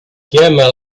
chiama